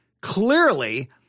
clearly